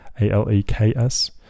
A-L-E-K-S